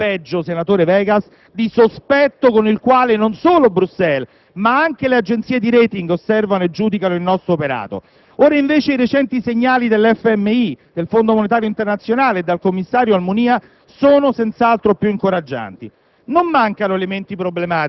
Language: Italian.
ne paghiamo il prezzo in termini di maggior debito pubblico e, quel che è peggio, senatore Vegas, di sospetto con il quale non solo Bruxelles, ma anche le agenzie di *rating* osservano e giudicano il nostro operato. Ora, invece, i recenti segnali provenienti dal Fondo monetario internazionale e dal commissario Almunia